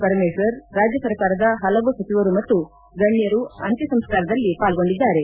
ಪರಮೇಶ್ವರ್ ರಾಜ್ಯ ಸರ್ಕಾರದ ಹಲವು ಸಚಿವರು ಮತ್ತು ಗಣ್ಣರು ಅಂತ್ಯಸಂಸ್ಕಾರದಲ್ಲಿ ಪಾಲ್ಗೊಂಡಿದ್ದಾರೆ